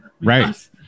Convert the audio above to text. Right